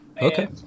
Okay